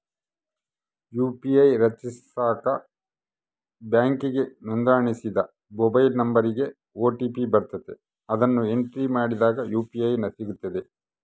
UPI ರಚಿಸಾಕ ಬ್ಯಾಂಕಿಗೆ ನೋಂದಣಿಸಿದ ಮೊಬೈಲ್ ನಂಬರಿಗೆ ಓ.ಟಿ.ಪಿ ಬರ್ತತೆ, ಅದುನ್ನ ಎಂಟ್ರಿ ಮಾಡಿದಾಗ ಯು.ಪಿ.ಐ ಸಿಗ್ತತೆ